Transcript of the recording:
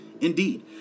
Indeed